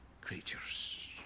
creatures